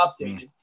updated